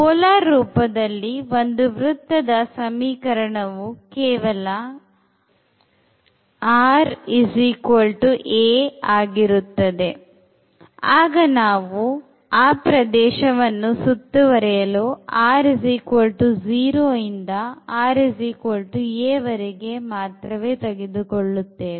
Polar ರೂಪದಲ್ಲಿಒಂದು ವೃತ್ತದ ಸಮಯ ಸಮೀಕರಣವು ಕೇವಲ r a ಆಗಿರುತ್ತದೆ ಆಗ ನಾವು ಆ ಪ್ರದೇಶವನ್ನು ಸುತ್ತುವರಿಯಲು r 0 ಇಂದ r a ವರೆಗೆ ಮಾತ್ರವೇ ತೆಗೆದುಕೊಳ್ಳುತ್ತೇವೆ